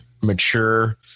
mature